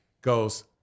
goes